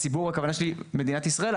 הציבור הכוונה שלי מדינת ישראל.